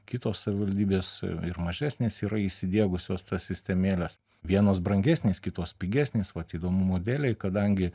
kitos savivaldybės ir mažesnės yra įsidiegusios tas sistemėles vienos brangesnės kitos pigesnės vat įdomumo dėlei kadangi